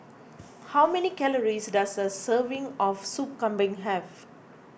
how many calories does a serving of Sup Kambing have